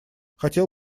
хотел